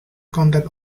content